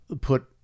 put